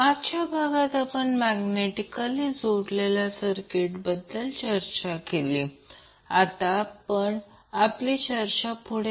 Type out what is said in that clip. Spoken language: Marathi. fundamentals of electrical engineering prof